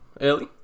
early